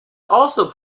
also